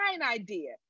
idea